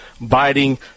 biting